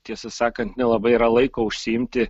tiesą sakant nelabai yra laiko užsiimti